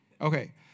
Okay